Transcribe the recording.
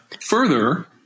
Further